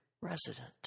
resident